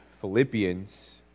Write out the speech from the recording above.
Philippians